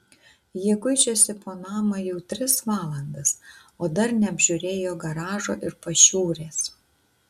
jie kuičiasi po namą jau tris valandas o dar neapžiūrėjo garažo ir pašiūrės